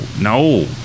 no